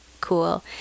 cool